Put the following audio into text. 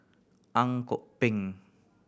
Ang Kok Peng